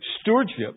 stewardship